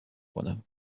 کنم